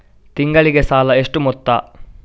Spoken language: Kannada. ತಿಂಗಳಿಗೆ ಸಾಲ ಎಷ್ಟು ಮೊತ್ತ?